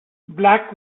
black